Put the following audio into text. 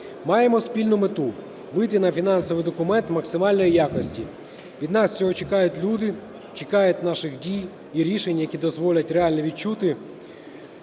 Маємо спільну мету: вийти на фінансовий документ максимальної якості. Від нас цього чекають люди, чекають наших дій і рішень, які дозволять реально відчути